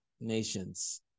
nations